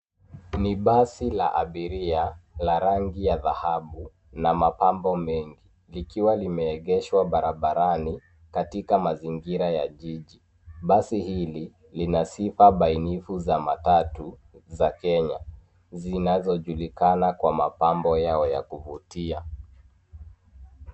Ni basi la abiria la rangi ya dhahabu na mapambo mengi likiwa limeegeshwa barabarani katika mazingira ya jiji. Basi hili lina sifa bainifu za matatu za Kenya zinazojulikana kwa mapambo yao ya kuvutia.